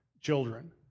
children